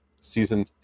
season